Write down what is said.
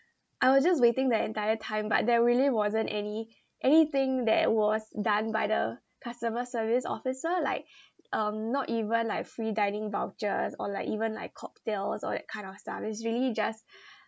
I was just waiting the entire time but there really wasn't any anything that was done by the customer service officer like um not even like free dining vouchers or like even like cocktails all that kind of stuff it's really just